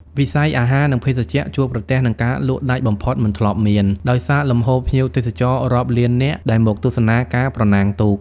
វិស័យអាហារ និងភេសជ្ជៈជួបប្រទះនឹងការលក់ដាច់បំផុតមិនធ្លាប់មាន ដោយសារលំហូរភ្ញៀវទេសចររាប់លាននាក់ដែលមកទស្សនាការប្រណាំងទូក។